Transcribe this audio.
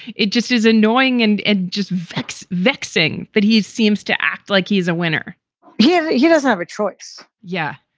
it just is annoying and it and just vex vexing that he's seems to act like he's a winner here he doesn't have a choice. yeah.